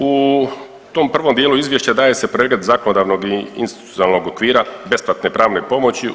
U tom prvom dijelu izvješća daje se pregled zakonodavnog i institucionalnog okvira besplatne pravne pomoći.